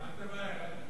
אל תמהר.